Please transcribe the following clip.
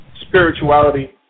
spirituality